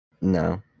No